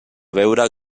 veure